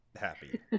happy